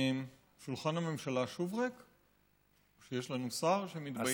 שולחן הממשלה שוב ריק, או שיש לנו שר שמתבייש?